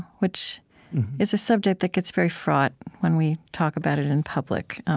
which is a subject that gets very fraught when we talk about it in public.